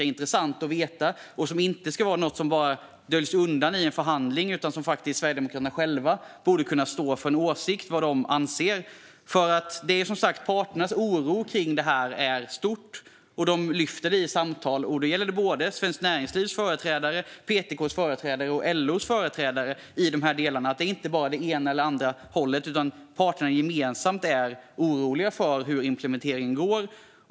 Det bör inte vara något som göms undan i en förhandling, utan Sverigedemokraterna borde själva kunna stå för en åsikt. Parternas oro kring detta är som sagt stor. De lyfter det i samtal; det gäller både Svenskt Näringslivs, PTK:s och LO:s företrädare. Det kommer alltså inte bara från det ena eller det andra hållet, utan parterna har en gemensam oro för hur implementeringen går.